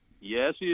yes